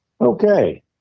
Okay